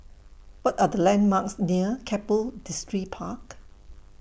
What Are The landmarks near Keppel Distripark